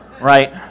right